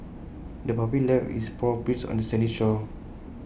the puppy left its paw prints on the sandy shore